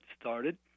started